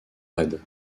raid